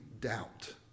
doubt